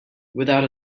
without